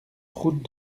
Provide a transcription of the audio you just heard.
route